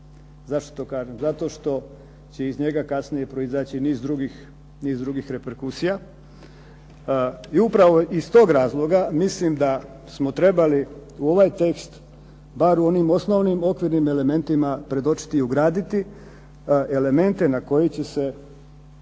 Zašto to kažem? Zato što će iz njega kasnije proizaći niz drugih reperkusija. I upravo iz tog razloga mislim da smo trebali u ovaj tekst bar u onim osnovnim okvirnim elementima predočiti i ugraditi elemente na koji će se,